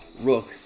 Rook